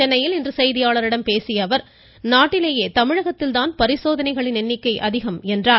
சென்னையில் இன்றுகாலை செய்தியாளர்களிடம் பேசிய அவர் நாட்டிலேயே தமிழகத்தில் தான் பரிசோதனைகளின் எண்ணிக்கை அதிகம் என்றார்